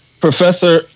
Professor